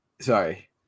sorry